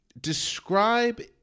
describe